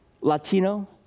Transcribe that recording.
Latino